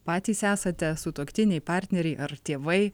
patys esate sutuoktiniai partneriai ar tėvai